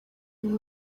uyu